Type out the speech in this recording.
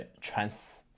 trans